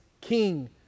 king